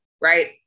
right